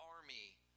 army